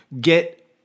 get